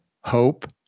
hope